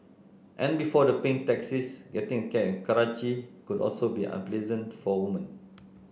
and before the pink taxis getting a cab in Karachi could also be unpleasant for women